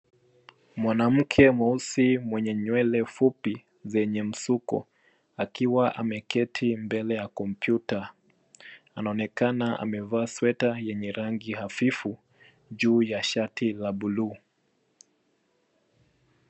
Mwanamke mweusi mwenye nywele fupi zenye msuko akiwa ameketi mbele ya kompyuta anaonekana amevaa sweta yenye rangi hafifu juu ya shati la bluu.